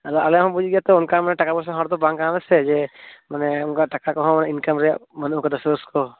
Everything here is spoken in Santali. ᱟᱫᱚ ᱟᱞᱮ ᱦᱚᱢ ᱵᱩᱡ ᱜᱮᱭᱟᱢ ᱛᱳ ᱚᱱᱠᱟ ᱢᱟ ᱴᱟᱠᱟ ᱯᱚᱭᱥᱟ ᱦᱚᱲ ᱫᱚ ᱵᱟᱝ ᱠᱟᱱᱟ ᱞᱮᱥᱮ ᱡᱮ ᱢᱟᱱᱮ ᱚᱱᱠᱟ ᱴᱟᱠᱟ ᱠᱚᱦᱚᱸ ᱤᱱᱠᱟᱢ ᱨᱮᱭᱟᱜ ᱵᱟᱹᱱᱩᱜ ᱟᱠᱟᱫᱟ ᱥᱳᱨᱥ ᱠᱚ